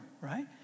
right